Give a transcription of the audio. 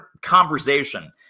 conversation